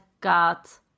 got